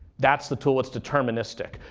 that's the tool. it's deterministic.